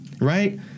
Right